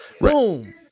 Boom